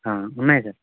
ఉన్నాయ్ సార్